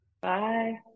Bye